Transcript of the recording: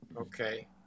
Okay